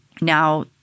Now